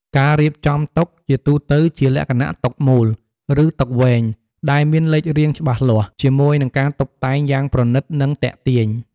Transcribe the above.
ការរៀបចំតុជាទូទៅជាលក្ខណៈតុមូល ឬតុវែងដែលមានលេខរៀងច្បាស់លាស់ ជាមួយនឹងការតុបតែងយ៉ាងប្រណីត និងទាក់ទាញ។